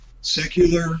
secular